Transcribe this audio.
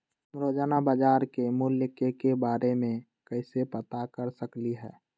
हम रोजाना बाजार के मूल्य के के बारे में कैसे पता कर सकली ह?